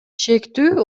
шектүү